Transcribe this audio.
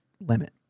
limit